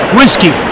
whiskey